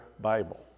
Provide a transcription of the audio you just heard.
bible